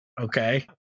Okay